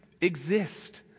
exist